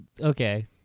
okay